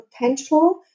potential